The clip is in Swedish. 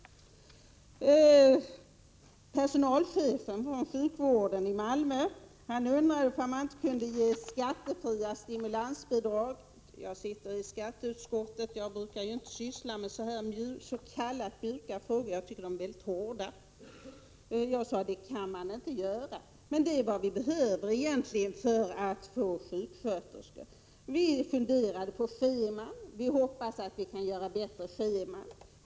Personalchefen för sjukvården i Malmö undrade om man inte kunde ge skattefria stimulansbidrag. Jag är ledamot av skatteutskottet; jag brukar inte syssla med sådana här s.k. mjuka frågor — jag tycker de är mycket hårda. Jag sade att man inte kan göra det. Men det är egentligen vad vi behöver för att få sjuksköterskor. Vi funderade över scheman. Vi hoppas att vi kan göra bättre scheman.